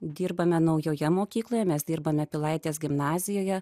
dirbame naujoje mokykloje mes dirbame pilaitės gimnazijoje